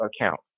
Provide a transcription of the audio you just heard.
account